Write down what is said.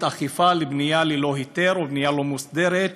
אכיפה לבנייה ללא היתר או בנייה לא מוסדרת,